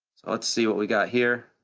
let's see what we got here.